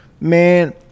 Man